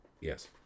Yes